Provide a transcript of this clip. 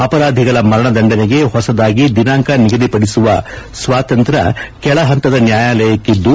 ಅಪರಾಧಿಗಳ ಮರಣದಂಡನೆಗೆ ಹೊಸದಾಗಿ ದಿನಾಂಕ ನಿಗದಿಪಡಿಸುವ ಸ್ವಾತಂತ್ರ್ಯ ಕೆಳಹಂತದ ನ್ಯಾಯಾಲಯಕ್ಕಿದ್ದು